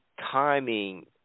timing